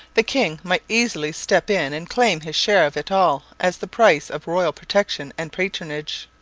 the king might easily step in and claim his share of it all as the price of royal protection and patronage.